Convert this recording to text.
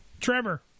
Trevor